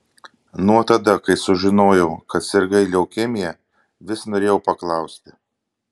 nuo tada kai sužinojau kad sirgai leukemija vis norėjau paklausti